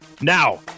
Now